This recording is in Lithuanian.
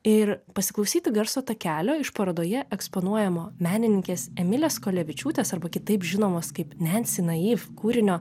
ir pasiklausyti garso takelio iš parodoje eksponuojamo menininkės emilės kulevičiūtės arba kitaip žinomos kaip nensi naiv kūrinio